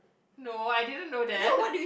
no I didn't know that